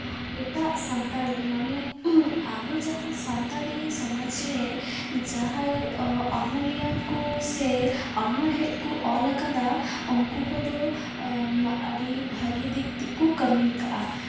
ᱮᱴᱟᱜ ᱥᱟᱱᱛᱟᱲᱤ ᱢᱟᱱᱮ ᱟᱵᱚ ᱡᱟᱦᱟᱸ ᱥᱟᱱᱛᱟᱲᱤ ᱥᱚᱢᱟᱡᱽ ᱨᱮ ᱡᱟᱦᱟᱸᱭ ᱚᱱᱚᱞᱤᱭᱟᱹ ᱠᱚ ᱥᱮ ᱚᱱᱚᱬᱦᱮ ᱠᱚ ᱚᱞᱟᱠᱟᱫᱟ ᱩᱱᱠᱩ ᱠᱚᱫᱚ ᱟᱹᱰᱤ ᱵᱷᱟᱜᱮ ᱫᱤᱠ ᱛᱮᱠᱚ ᱠᱟᱹᱢᱤᱭ ᱠᱟᱫᱼᱟ